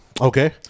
Okay